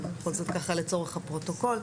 אבל לצורך הפרוטוקול.